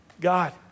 God